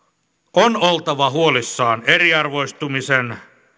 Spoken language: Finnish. on oltava huolissaan eriarvoistumisen